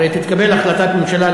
הרי תתקבל החלטת ממשלה,